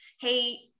hey